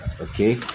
Okay